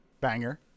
Banger